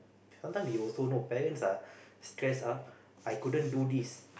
sometime you also know parents ah stress up I couldn't do this